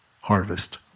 harvest